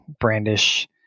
brandish